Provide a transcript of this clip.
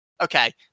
Okay